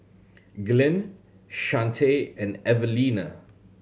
Glynn Chante and Evalena